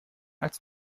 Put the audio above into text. als